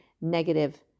negative